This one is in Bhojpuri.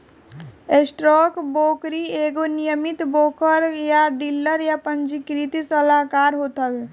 स्टॉकब्रोकर एगो नियमित ब्रोकर या डीलर या पंजीकृत सलाहकार होत हवे